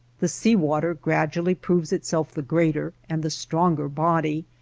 the sea-water gradually proves itself the greater and the stronger body,